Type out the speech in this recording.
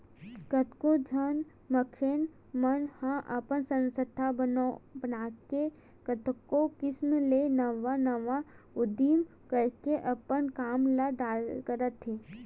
कतको झन मनखे मन ह अपन संस्था बनाके कतको किसम ले नवा नवा उदीम करके अपन काम ल करत हे